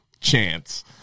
chance